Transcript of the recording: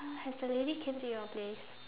has the lady came to your place